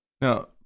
Now